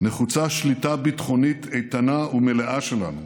נחוצה שליטה ביטחונית איתנה ומלאה שלנו